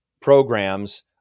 programs